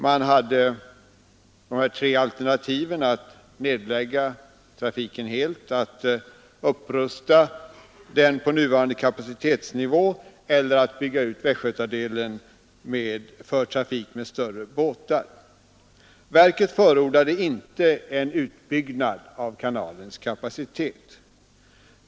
Man hade tre alternativ: att nedlägga trafiken helt, att upprusta den på nuvarande kapacitetsnivå eller att bygga ut västgötadelen för trafik med större båtar. Verket förordade inte en utbyggnad av kanalens kapacitet.